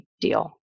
deal